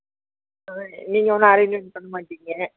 ஆ நீங்கள் ஒன்றும் அரேஞ்சுமெண்ட் பண்ணமாட்டீங்க